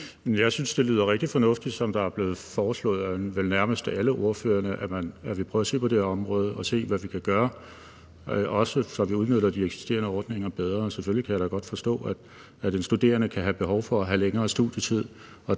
Jeg synes, det lyder rigtig fornuftigt, som det er blevet foreslået vel nærmest af alle ordførerne, at vi prøver at se på det her område og ser, hvad vi kan gøre – også så vi udnytter de eksisterende ordninger bedre. Selvfølgelig kan jeg da godt forstå, at en studerende kan have behov for at have længere studietid,